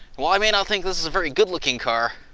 while i may not think this is a very good looking car,